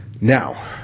Now